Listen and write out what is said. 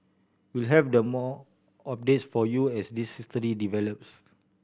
we'll have the more updates for you as this develops